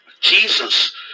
Jesus